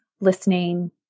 Listening